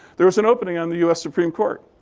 there's an opening on the us supreme court.